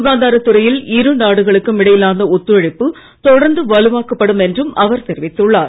சுகாதாரத் துறையில் இரு நாடுகளுக்கும் இடையிலான ஒத்துழைப்பு தொடர்ந்து வலுவாக்கப்படும் என்றும் அவர் தெரிவித்துள்ளார்